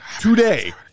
today